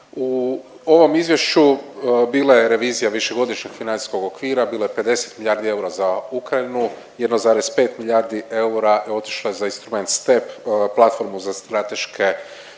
U ovom izvješću bila je revizija višegodišnjeg financijskog okvira bila je 50 milijardi eura za Ukrajinu, 1,5 milijardi eura otišlo je za instrument STEP, platformu za strateške